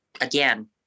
again